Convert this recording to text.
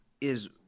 is-